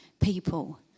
people